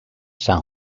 san